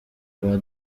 rwa